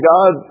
God